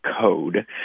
code